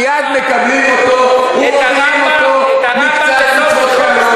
מייד מקבלים אותו ומודיעין אותו מקצת מצוות קלות,